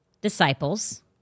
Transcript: disciples